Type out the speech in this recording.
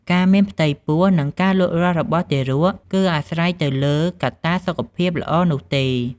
ការមានផ្ទៃពោះ និងការលូតលាស់របស់ទារកគឺអាស្រ័យទៅលើកត្តាសុខភាពល្អនោះទេ ។